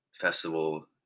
festival